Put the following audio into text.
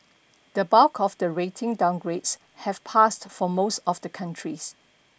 the bulk of the rating downgrades have passed for most of the countries